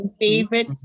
favorite